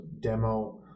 demo